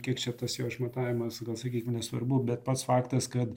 kiek čia tas jo išmatavimas gal sakykim nesvarbu bet pats faktas kad